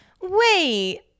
Wait